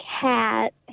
cat